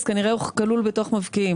אז כנראה הוא כלול בתוך מבקיעים.